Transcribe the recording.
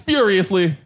Furiously